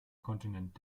kontinent